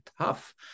tough